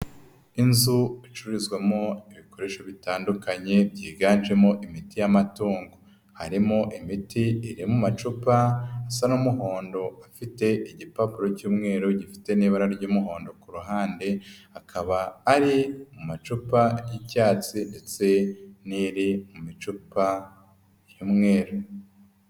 Inzu icururizwamo ibikoresho bitandukanye byiganjemo imiti y'amatongo, harimo imiti irimo mu macupa asa n'umuhondo afite igipapuro cy'umweru gifite n'ibara ry'umuhondo ku ruhande, akaba ari macupa y'icyatsi ndetse n'iri mu bicupa by'umweru.